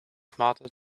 smarter